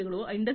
0Industry 4